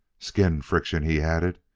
skin friction! he added.